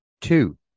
two